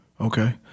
okay